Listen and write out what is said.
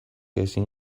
ezin